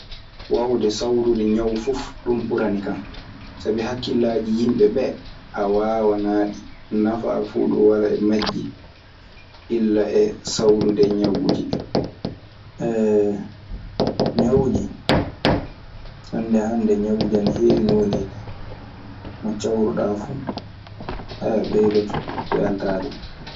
Waawude sawrude ñaw fuf ɗun ɓuranikan sabi hakkillaaji yimɓe ɓee a waawanaa ɗi. Nafa fuu duu walaa e majii illa e sawrude ñawuuji ɗii. Ñawuuji, hannde hannde ñawuuji ana heewi nooneeji. Mo cawruɗaa fu ɓeydoto weltaade.